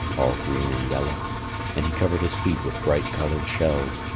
all green and yellow and he covered his feet with bright-coloured shells,